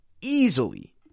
easily